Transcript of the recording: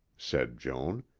said joan.